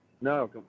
no